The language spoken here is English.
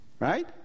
right